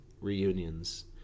reunions